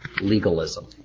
legalism